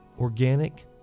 Organic